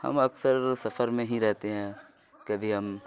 ہم اکثر سفر میں ہی رہتے ہیں کبھی ہم